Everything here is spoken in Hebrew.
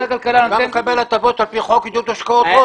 אתה מקבל הטבות על פי חוק עידוד השקעות הון.